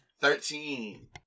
Thirteen